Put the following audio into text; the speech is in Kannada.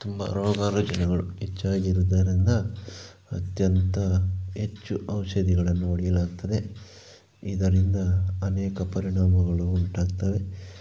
ತುಂಬ ರೋಗರುಜಿನಗಳು ಹೆಚ್ಚಾಗಿರುದರಿಂದ ಅತ್ಯಂತ ಹೆಚ್ಚು ಔಷಧಿಗಳನ್ನು ಹೊಡೆಯಲಾಗುತ್ತದೆ ಇದರಿಂದ ಅನೇಕ ಪರಿಣಾಮಗಳು ಉಂಟಾಗ್ತವೆ